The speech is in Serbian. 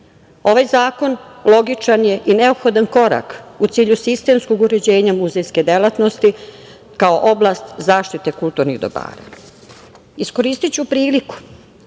zakon logičan je i neophodan korak u cilju sistemskog uređenja muzejske delatnosti kao oblast zaštite kulturnih dobara. Iskoristiću priliku